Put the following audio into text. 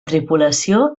tripulació